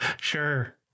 Sure